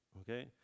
Okay